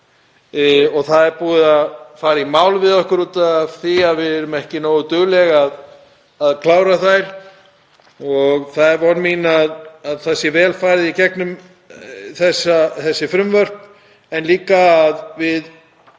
Það hefur verið farið í mál við okkur út af því að við erum ekki nógu dugleg við að klára þær. Það er von mín að vel verði farið í gegnum þessi frumvörp en líka að við